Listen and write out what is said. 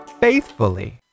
Faithfully